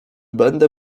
będę